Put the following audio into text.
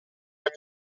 ogni